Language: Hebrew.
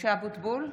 משה אבוטבול,